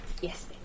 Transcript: yes